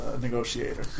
negotiator